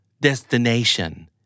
destination